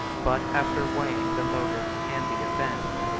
but, after weighing the motives and the events,